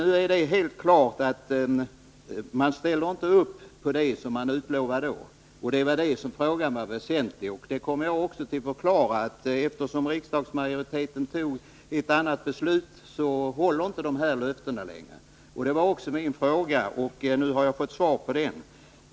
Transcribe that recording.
Nu är det helt klart att regeringen inte ställer upp på det som den utlovade, och därför var frågan väsentlig. Jag kommer också att förklara att eftersom riksdagsmajoriteten tog ett annat beslut håller inte de här löftena längre. Det var det min fråga gällde, och nu har jag fått svar på den.